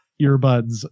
earbuds